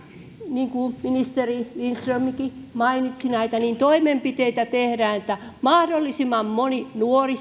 niin kuin ministeri lindströmkin mainitsi näitä toimenpiteitä tehdään että mahdollisimman moni nuori